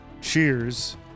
cheers